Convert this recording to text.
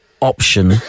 option